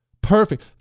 Perfect